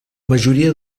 majoria